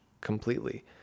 completely